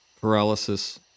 Paralysis